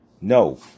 No